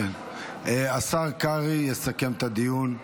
השר קרעי יסכם את הדיון.